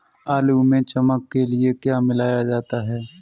आलू में चमक के लिए क्या मिलाया जाता है?